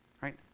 right